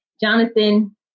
Jonathan